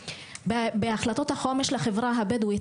בהחלטות החומש לחברה הבדואית,